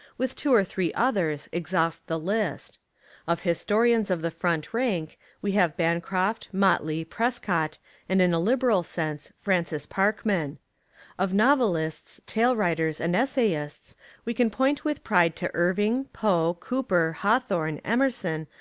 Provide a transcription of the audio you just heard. with two or three others exhaust the list of historians of the front rank we have bancroft, motley, prescott and in a liberal sense, francis parkman of novelists, tale writ ers and essayists we can point with pride to irving, poe, cooper, hawthorne, emerson,